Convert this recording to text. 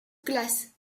classe